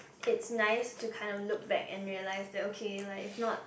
it's nice to kind of look back and realize that okay like it's not